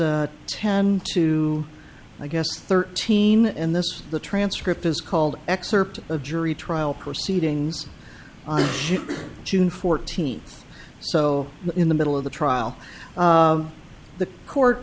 ten to i guess thirteen in this the transcript is called excerpt of jury trial proceedings on june fourteenth so in the middle of the trial the court